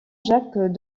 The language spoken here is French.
jacques